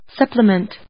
Supplement